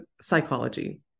Psychology